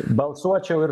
balsuočiau ir